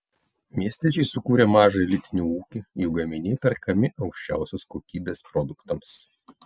miestiečiai sukūrė mažą elitinį ūkį jų gaminiai perkami aukščiausios kokybės produktams